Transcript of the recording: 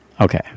Okay